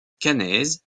caennaise